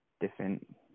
different